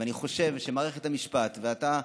אני חושב שמערכת המשפט ואתה,